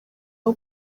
aho